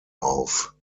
auf